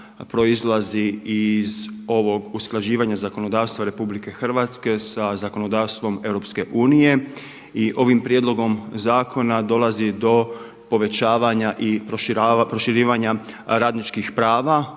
proizlazi iz ovog usklađivanja zakonodavstva RH sa zakonodavstvom EU i ovim prijedlogom zakona dovodi do povećavanja i proširivanja radničkih prava